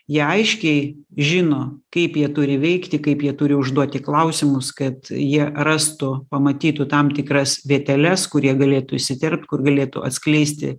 jie aiškiai žino kaip jie turi veikti kaip jie turi užduoti klausimus kad jie rastų pamatytų tam tikras vieteles kur jie galėtų įsiterpt kur galėtų atskleisti